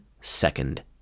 second